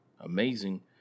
amazing